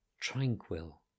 Tranquil